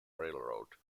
railroad